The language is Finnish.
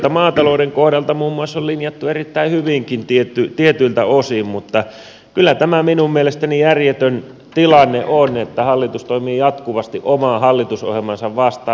muun muassa maatalouden kohdalta on linjattu erittäin hyvinkin tietyiltä osin mutta kyllä tämä minun mielestäni järjetön tilanne on että hallitus toimii jatkuvasti omaa hallitusohjelmaansa vastaan